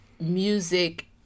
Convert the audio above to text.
music